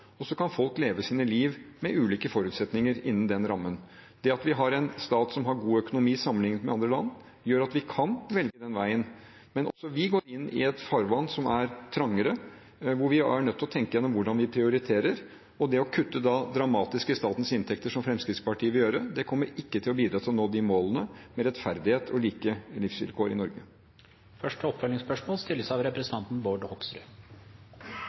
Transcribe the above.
og så kan folk leve sitt liv med ulike forutsetninger innen den rammen. Det at vi har en stat som har god økonomi sammenlignet med andre land, gjør at vi kan velge den veien. Men også vi går inn i et farvann som er trangere, hvor vi er nødt til å tenke gjennom hvordan vi prioriterer, og det å kutte dramatisk i statens inntekter, som Fremskrittspartiet vil gjøre, kommer ikke til å bidra til å nå målene om rettferdighet og like livsvilkår i Norge. Bård Hoksrud – til oppfølgingsspørsmål. Ikke bare flås folk av